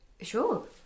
Sure